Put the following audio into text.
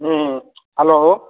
ହଁ ହ୍ୟାଲୋ